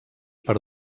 per